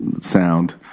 sound